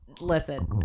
listen